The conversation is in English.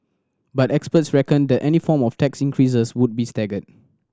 but experts reckoned that any form of tax increases would be staggered